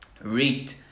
Read